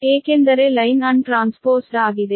ಏಕೆಂದರೆ line untransposed ಆಗಿದೆ